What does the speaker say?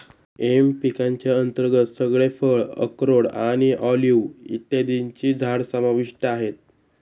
M पिकांच्या अंतर्गत सगळे फळ, अक्रोड आणि ऑलिव्ह इत्यादींची झाडं समाविष्ट आहेत